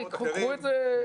קחו את זה כמשימה.